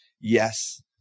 yes